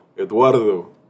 Eduardo